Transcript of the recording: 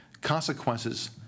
consequences